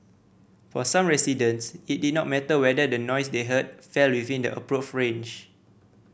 for some residents it did not matter whether the noise they heard fell within the approved range